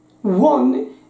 one